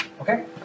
Okay